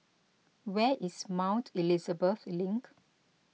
where is Mount Elizabeth Link